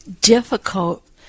difficult